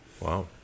Wow